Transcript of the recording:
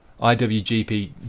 iwgp